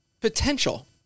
potential